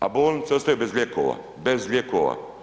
A bolnice ostaju bez lijekova, bez lijekova.